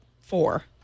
four